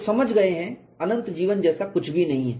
लोग समझ गए हैं अनंत जीवन जैसा कुछ भी नहीं है